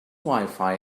wifi